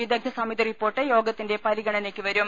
വിദഗ്ധ സമിതി റിപ്പോർട്ട് യോഗത്തിന്റെ പരിഗ ണനയ്ക്കു വരും